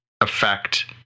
affect